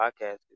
podcast